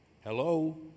Hello